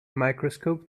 microscope